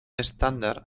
estándar